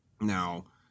Now